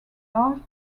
large